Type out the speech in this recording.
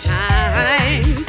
time